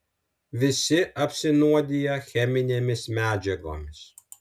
visi apsinuodiję cheminėmis medžiagomis